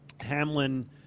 Hamlin